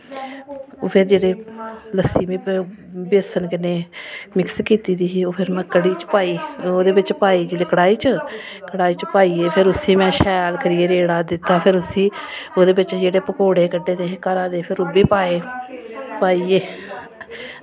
फिर ओह् जेह्ड़ी लस्सी में बेसन कन्नै मिक्स कीती दी ही ओह् फिर में कढ़ी च पाई ओह्दे बिच पाई जेल्लै कढ़ाई च बिच पाइयै में उसी शैल करियै रेड़ा दित्ता फिर उसी जह्ड़े में पकौड़े कड्ढे दे हे घरा फिर ओह्बी पाए पाइयै